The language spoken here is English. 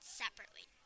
separately